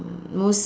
most